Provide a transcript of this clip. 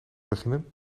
beginnen